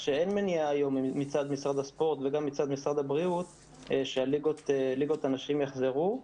שאין מניעה היום מצד משרד הספורט ומשרד הבריאות שליגות הנשים יחזרו.